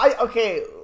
Okay